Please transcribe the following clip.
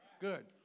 Good